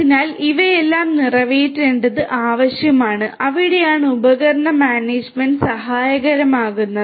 അതിനാൽ ഇവയെല്ലാം നിറവേറ്റേണ്ടത് ആവശ്യമാണ് അവിടെയാണ് ഉപകരണ മാനേജുമെന്റ് സഹായകരമാകുന്നത്